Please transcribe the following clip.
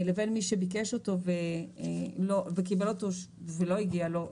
לבין מי שביקש אותו וקיבל אותו ולא הגיע לו.